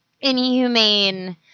inhumane